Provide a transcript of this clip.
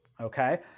okay